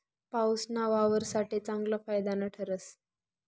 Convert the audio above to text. पाऊसना वावर साठे चांगलं फायदानं ठरस